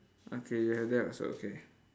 okay you have that also okay